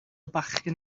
bachgen